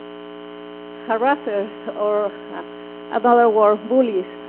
harassers, or another word, bullies.